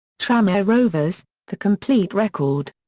tranmere rovers the complete record.